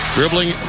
Dribbling